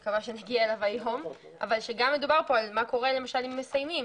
שגם מדובר על מה קורה למשל אם מסיימים.